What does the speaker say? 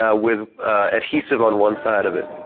ah with adhesive on one side of it.